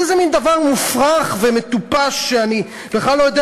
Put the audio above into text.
זה איזה מין דבר מופרך ומטופש שאני בכלל לא יודע